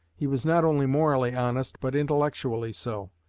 he was not only morally honest, but intellectually so.